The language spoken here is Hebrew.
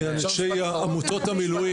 אנשי עמותות המילואים,